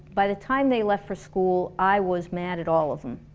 by the time they left for school, i was mad at all of them